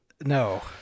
No